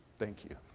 thank you.